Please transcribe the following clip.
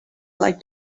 like